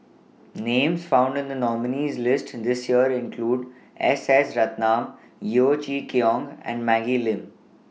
Names found in The nominees' list This Year include S S Ratnam Yeo Chee Kiong and Maggie Lim